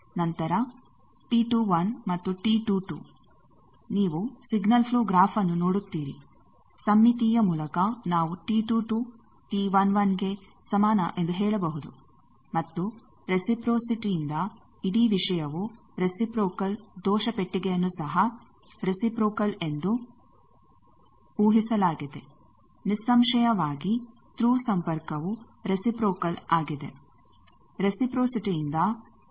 ನಂತರ T21 ಮತ್ತು T22 ನೀವು ಸಿಗ್ನಲ್ ಪ್ಲೋ ಗ್ರಾಫ್ಅನ್ನು ನೋಡುತ್ತೀರಿ ಸಮ್ಮಿತೀಯ ಮೂಲಕ ನಾವು T22 T11 ಗೆ ಸಮಾನ ಎಂದು ಹೇಳಬಹುದು ಮತ್ತು ರೆಸಿಪ್ರೋಸಿಟಿಯಿಂದ ಇಡೀ ವಿಷಯವು ರೆಸಿಪ್ರೋಕಲ್ ದೋಷ ಪೆಟ್ಟಿಗೆಯನ್ನು ಸಹ ರೆಸಿಪ್ರೋಕಲ್ ಎಂದು ಊಹಿಸಲಾಗಿದೆ ನಿಸ್ಸಂಶಯವಾಗಿ ಥ್ರೂ ಸಂಪರ್ಕವು ರೆಸಿಪ್ರೋಕಲ್ ಆಗಿದೆ ರೆಸಿಪ್ರೋಸಿಟಿಯಿಂದ T21 T12 ನಲ್ಲಿದೆ